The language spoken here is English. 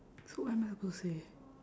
so what am I supposed to say